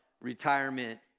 retirement